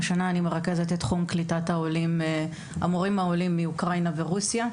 השנה אני מרכזת את תחום קליטת המורים העולים מאוקראינה ורוסיה,